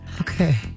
Okay